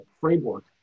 framework